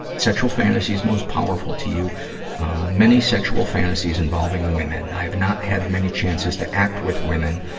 sexual fantasies most powerful to you many sexual fantasies involving women. i have not had many chances to act with women,